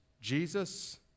Jesus